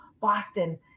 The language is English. Boston